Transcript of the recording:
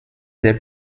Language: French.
des